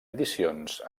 edicions